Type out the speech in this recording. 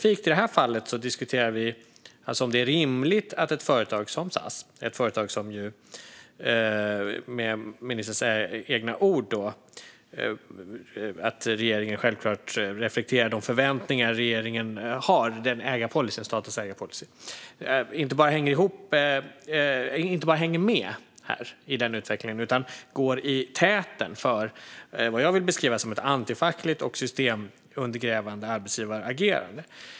I det här fallet diskuterar vi specifikt om det är rimligt att ett företag som SAS, där med ministerns egna ord statens ägarpolicy reflekterar de förväntningar som regeringen har, inte bara hänger med i den utvecklingen utan går i täten för vad jag vill beskriva som ett antifackligt och systemundergrävande arbetsgivaragerande.